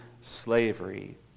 slavery